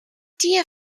dear